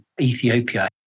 Ethiopia